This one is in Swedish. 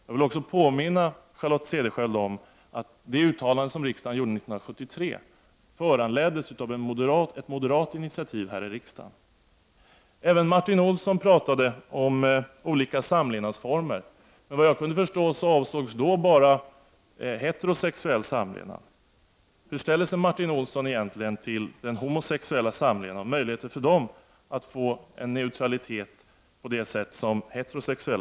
Jag vill också påminna Charlotte Cederschiöld om att det uttalande som riksdagen gjorde 1973 föranleddes av ett moderat initiativ här i riksdagen. Även Martin Olsson talade om olika samlevnadsformer, men såvitt jag kunde förstå avsågs då bara heterosexuell samlevnad. Hur ställer sig Martin Olsson egentligen till homosexuella samlevandes möjlighet att få den neutra ” litet som de heterosexuella kan åtnjuta?